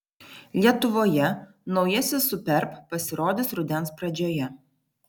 lietuvoje naujasis superb pasirodys rudens pradžioje